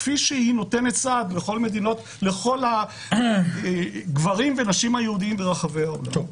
כפי שהיא נותנת סעד לכל הנשים והגברים היהודים ברחבי העולם.